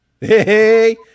Hey